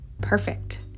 perfect